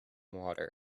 water